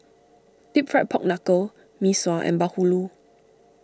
Deep Fried Pork Knuckle Mee Sua and Bahulu